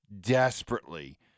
desperately